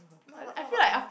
what about what about yours